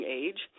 age